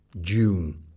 June